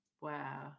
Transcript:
Wow